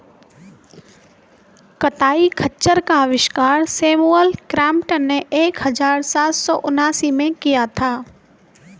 कताई खच्चर का आविष्कार सैमुअल क्रॉम्पटन ने एक हज़ार सात सौ उनासी में किया था